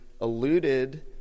alluded